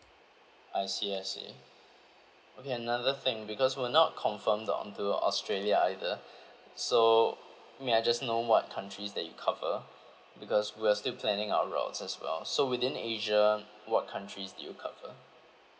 I see I see okay another thing because we're not confirmed the onto australia either so may I just know what countries that you cover because we're still planning our routes as well so within asia what countries do you cover